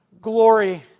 glory